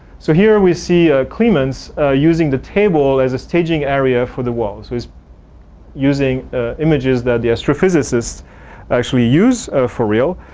so, here we see climens using the table as a staging area for the walls. he's using images that the astrophysicists actually use for real.